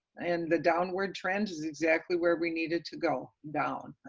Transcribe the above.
and the downward trend is exactly where we needed to go, down,